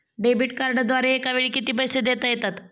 Debit कार्डद्वारे एकावेळी किती पैसे देता येतात?